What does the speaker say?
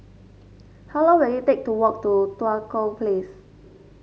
how long will it take to walk to Tua Kong Place